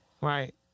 Right